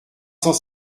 cent